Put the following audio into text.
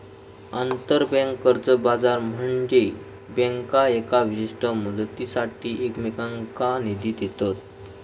आंतरबँक कर्ज बाजार म्हनजे बँका येका विशिष्ट मुदतीसाठी एकमेकांनका निधी देतत